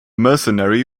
mercenary